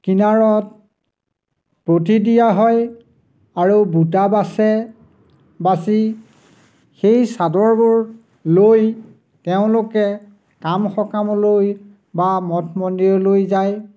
কিনাৰত প্ৰতি দিয়া হয় আৰু বুটা বাছে বাছি সেই চাদৰবোৰ লৈ তেওঁলোকে কাম সকামলৈ বা মঠ মন্দিৰলৈ যায়